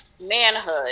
manhood